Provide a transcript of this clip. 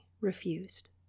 refused